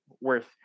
worth